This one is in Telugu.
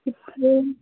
ఇప్పుడు